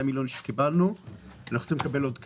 קיבלנו 52 מיליון שקל ואנחנו צריכים לקבל עוד כסף.